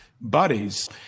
buddies